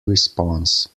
response